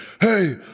hey